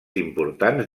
importants